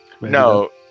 No